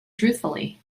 truthfully